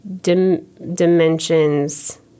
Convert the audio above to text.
dimensions